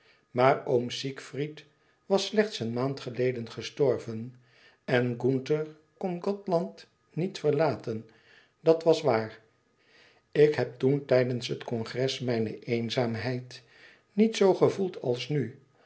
maar oom siegfried was slechts een maand geleden gestorven en gunther kn gothland niet verlaten dat was waar ik heb toen tijdens het congres mijne eenzaamheid niet zoo gevoeld als nu